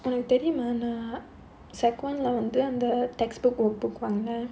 ஒனக்கு தெரியுமா நா:onakku theriyumaa naa secondary one leh வந்து அந்த:vandhu andha textbook ஒரு:oru book வாங்குனே:vaangunae